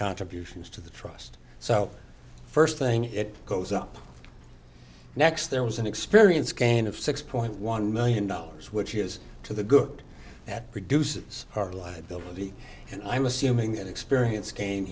contributions to the trust so first thing it goes up next there was an experience gain of six point one million dollars which is to the good that produces our liabilities and i'm assuming that experience came